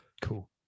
cool